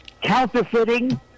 Counterfeiting